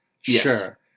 Sure